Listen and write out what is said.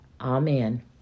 Amen